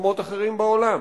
במקומות אחרים בעולם.